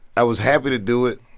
i was happy to do it.